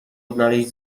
odnaleźć